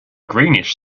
greenish